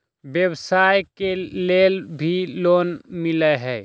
व्यवसाय के लेल भी लोन मिलहई?